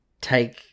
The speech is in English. take